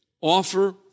Offer